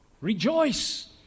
Rejoice